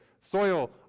soil